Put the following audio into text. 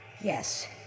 Yes